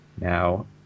Now